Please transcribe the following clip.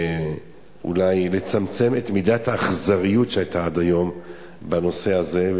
ואולי לצמצם את מידת האכזריות שהיתה עד היום בנושא הזה.